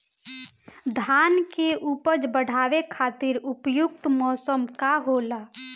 धान के उपज बढ़ावे खातिर उपयुक्त मौसम का होला?